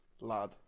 lad